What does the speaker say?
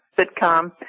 sitcom